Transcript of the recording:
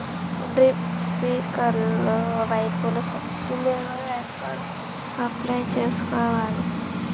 Drip, స్ప్రింకర్లు పైపులు subsidy మీద ఎక్కడ అప్లై చేసుకోవాలి?